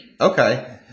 Okay